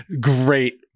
Great